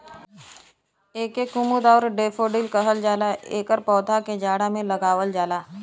एके कुमुद आउर डैफोडिल कहल जाला एकर पौधा के जाड़ा में लगावल जाला